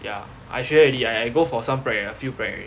yeah I 学 already I go for some prep a few prep already